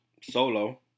solo